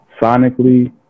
sonically